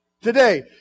Today